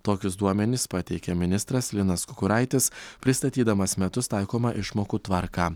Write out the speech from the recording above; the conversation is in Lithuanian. tokius duomenis pateikia ministras linas kukuraitis pristatydamas metus taikomą išmokų tvarką